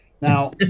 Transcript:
now